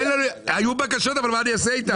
היו בקשות, אבל מה אני אעשה איתן?